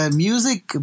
music